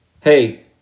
Hey